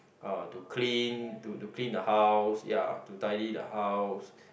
uh to clean to clean the house ya to tidy the house